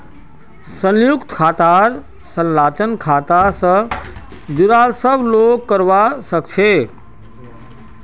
संयुक्त खातार संचालन खाता स जुराल सब लोग करवा सके छै